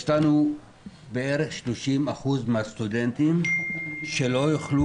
יש לנו בערך 30% מהסטודנטים שלא יוכלו